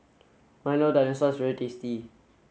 Milo Dinosaur is very tasty